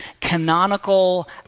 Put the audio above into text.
canonical